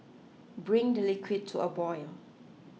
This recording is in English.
bring the liquid to a boil